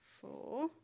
four